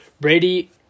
Brady